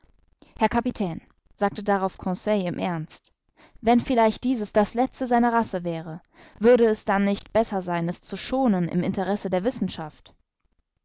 herr kapitän sagte darauf conseil im ernst wenn vielleicht dieses das letzte seiner race wäre würde es dann nicht besser sein es zu schonen im interesse der wissenschaft